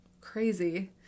crazy